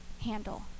handle